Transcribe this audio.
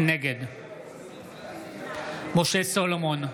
נגד משה סולומון,